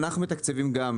אנחנו מתקצבים גם,